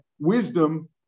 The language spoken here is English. wisdom